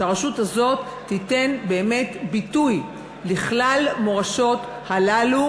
שהרשות הזאת תיתן באמת ביטוי לכלל המורשות האלה,